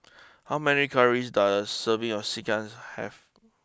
how many calories does a serving of Sekihan have